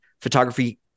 photography